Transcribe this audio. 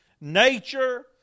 nature